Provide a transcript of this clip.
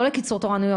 לא לקיצור תורים.